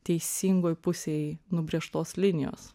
teisingoj pusėj nubrėžtos linijos